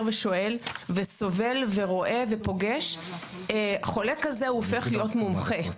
ושואל וסובל ורואה ופוגש חולה כזה הופך להיות מומחה.